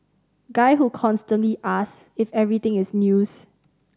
guy who constantly asks if everything is news